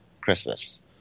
Christmas